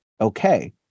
okay